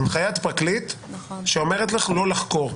הנחיית פרקליט שאומרת לך לא לחקור.